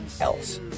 else